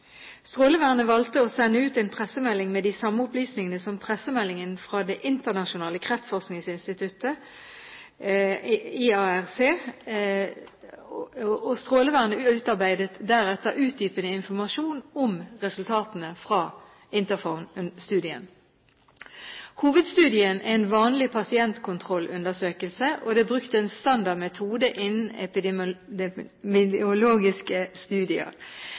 Strålevernet valgte å sende ut en pressemelding med de samme opplysningene som pressemeldingen fra det internasjonale kreftforskningsinstituttet, IARC. Strålevernet utarbeidet deretter utdypende informasjon om resultatene fra Interphone-studien. Hovedstudien er en vanlig pasient-kontroll-undersøkelse, og det er brukt en standardmetode innen epidemiologiske studier. Ved slike studier